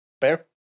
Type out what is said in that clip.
Fair